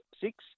six